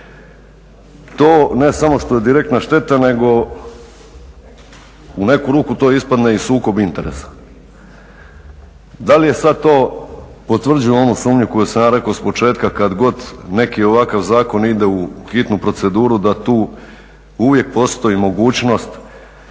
To ne samo što je direktna šteta nego u neku ruku to ispadne i sukob interesa. Da li sada to potvrđuje onu sumnju koju sam ja rekao s početka kada god neki ovakav zakon ide u hitnu proceduru da tu uvijek postoji mogućnost